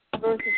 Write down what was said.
versus